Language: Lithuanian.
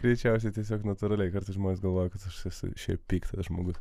greičiausiai tiesiog natūraliai kartais žmonės galvoja kad aš su šiaip piktas žmogus